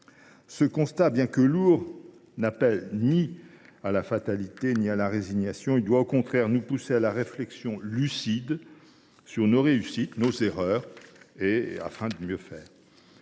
Ce constat, bien qu’il soit lourd, n’appelle ni à la fatalité ni à la résignation. Il doit au contraire nous pousser à une réflexion lucide sur nos réussites et nos erreurs, afin de nous inciter